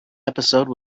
episode